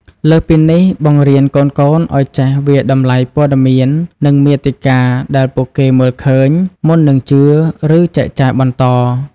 លើសពីនេះបង្រៀនកូនៗឲ្យចេះ វាយតម្លៃព័ត៌មាន និងមាតិកា ដែលពួកគេមើលឃើញ មុននឹងជឿ ឬចែកចាយបន្ត។